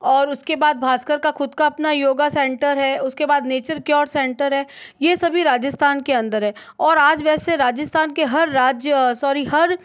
और उसके बाद भास्कर का ख़ुद का अपना योग सेंटर है उसके बाद नेचर क्योर सेंटर है यह सभी राजस्थान के अंदर है और आज वैसे राजस्थान के हर राज्य सॉरी हर